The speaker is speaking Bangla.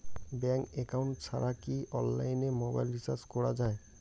ব্যাংক একাউন্ট ছাড়া কি অনলাইনে মোবাইল রিচার্জ করা যায়?